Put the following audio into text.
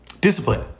discipline